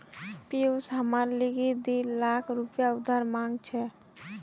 पियूष हमार लीगी दी लाख रुपया उधार मांग छ